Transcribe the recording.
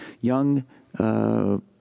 young